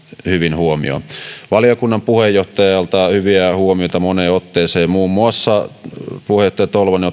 hyvin huomioon valiokunnan puheenjohtajalta hyviä huomioita moneen otteeseen puheenjohtaja tolvanen